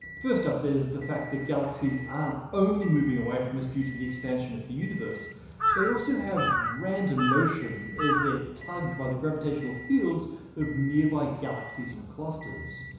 first up there's the fact that galaxies aren't only moving away from us due to the expansion of the universe they also have random motion as they're tugged by the gravitational fields of nearby galaxies and clusters.